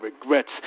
Regrets